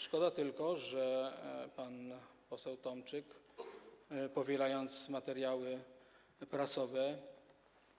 Szkoda tylko, że pan poseł Tomczyk, powielając materiały prasowe,